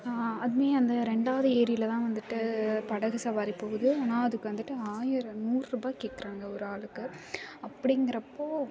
அதிலும் அந்த ரெண்டாவது ஏரியில் தான் வந்துட்டு படகு சவாரி போகுது ஆனால் அதுக்கு வந்துட்டு ஆயிரம் நூறுபா கேக்கிறாங்க ஒரு ஆளுக்கு அப்பிடிங்கிறப்போ